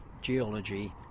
geology